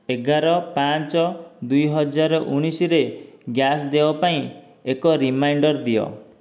ଏଗାର ପାଞ୍ଚ ଦୁଇ ହଜାର ଉଣେଇଶରେ ଗ୍ୟାସ୍ ଦେୟ ପାଇଁ ଏକ ରିମାଇଣ୍ଡର୍ ଦିଅ